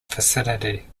vicinity